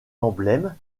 emblèmes